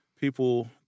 people